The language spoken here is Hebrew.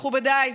מכובדיי,